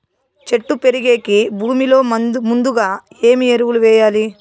చెట్టు పెరిగేకి భూమిలో ముందుగా ఏమి ఎరువులు వేయాలి?